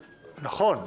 נכון.